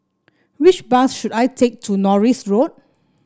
which bus should I take to Norris Road